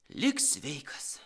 lik sveikas